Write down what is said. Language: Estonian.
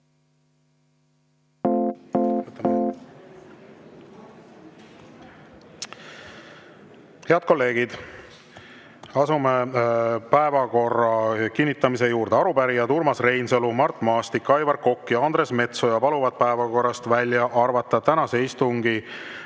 Head kolleegid, asume päevakorra kinnitamise juurde. Arupärijad Urmas Reinsalu, Mart Maastik, Aivar Kokk ja Andres Metsoja paluvad päevakorrast välja arvata tänase istungi